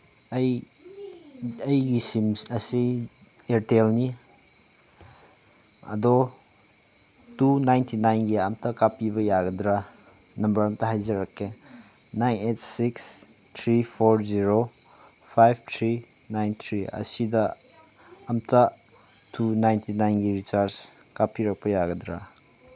ꯑꯩ ꯑꯩꯒꯤ ꯁꯤꯝ ꯑꯁꯤ ꯑꯦꯌꯥꯔꯇꯦꯜꯅꯤ ꯑꯗꯣ ꯇꯨ ꯅꯥꯏꯟꯇꯤ ꯅꯥꯏꯟꯒꯤ ꯑꯃꯇ ꯀꯥꯞꯄꯤꯕ ꯌꯥꯒꯗ꯭ꯔꯥ ꯅꯝꯕꯔ ꯑꯃꯇ ꯍꯥꯏꯖꯔꯛꯀꯦ nine eight six three four zero five three nine three ꯑꯁꯤꯗ ꯑꯃꯇ ꯇꯨ ꯅꯥꯏꯟꯇꯤ ꯅꯥꯏꯟꯒꯤ ꯔꯤꯆꯥꯔꯖ ꯀꯥꯞꯄꯤꯔꯛꯄ ꯌꯥꯒꯗ꯭ꯔꯥ